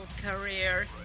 career